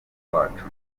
wacu